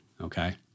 Okay